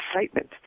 excitement